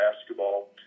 basketball